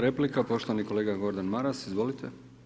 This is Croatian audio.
Replika poštovani kolega Gordan Maras, izvolite.